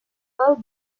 paul